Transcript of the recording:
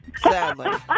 sadly